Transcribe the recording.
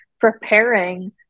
preparing